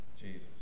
Jesus